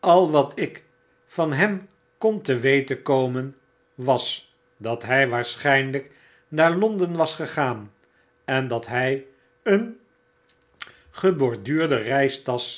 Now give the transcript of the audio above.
al wat ik van hem kon te weten komen was dat hy waarschynlyk naar londen was gegaan en dat hy een geborduurde eeistasch